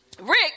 Rick